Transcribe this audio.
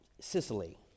Sicily